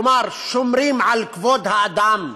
כלומר, שומרים על כבוד האדם,